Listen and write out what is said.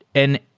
and